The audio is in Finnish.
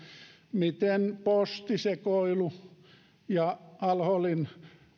miten posti sekoilu ja al holin